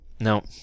Now